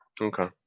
Okay